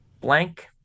blank